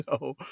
No